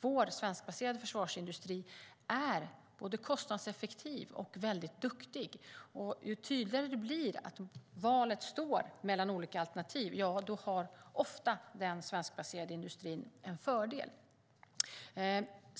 Vår svenskbaserade försvarsindustri är både kostnadseffektiv och väldigt duktig, och när valet står mellan olika alternativ blir det än tydligare att den svenskbaserade industrin ofta har en fördel.